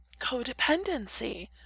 codependency